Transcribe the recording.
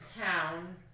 town